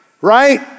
right